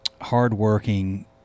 hardworking